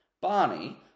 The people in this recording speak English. Barney